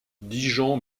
dijon